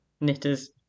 knitters